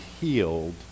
healed